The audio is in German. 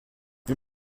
wir